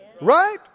Right